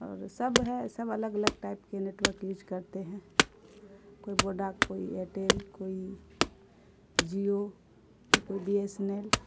اور سب ہے سب الگ الگ ٹائپ کے نیٹورک یوج کرتے ہیں کوئی بوڈا کوئی ایرٹیل کوئی جیو تو کوئی بی ایس این ایل